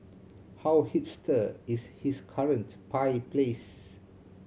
how hipster is his current pie place